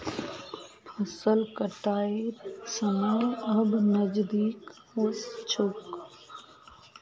फसल कटाइर समय अब नजदीक ओस छोक